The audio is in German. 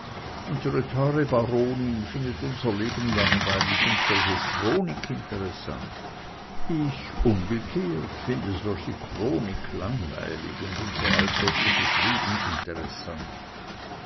teure baronin findet unser leben langweilig und solche chronik interessant ich umgekehrt finde solche chronik langweilig und unser alltägliches leben interessant